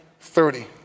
thirty